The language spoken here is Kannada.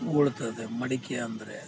ಉಳ್ತದೆ ಮಡಿಕೆ ಅಂದರೆ